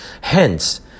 Hence